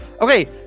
okay